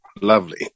Lovely